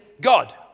God